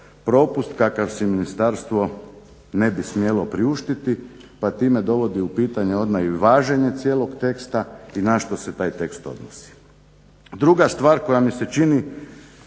propust kakav si ministarstvo ne bi smjelo priuštiti pa time dovodi u pitanje odmah i važenje cijelog teksta i na što se taj tekst odnosi. Druga stvar koja mi se čini